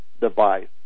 device